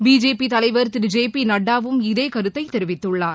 BJP தலைவர் Thiru J P நட்டாவும் இதே கருத்தை தெரிவித்துள்ளார்